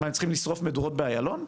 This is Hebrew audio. מה, הם צריכים לשרוף מדורות באיילון?